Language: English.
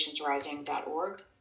patientsrising.org